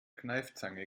kneifzange